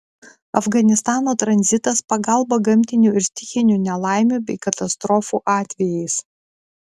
afganistano tranzitas pagalba gamtinių ir stichinių nelaimių bei katastrofų atvejais